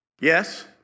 Yes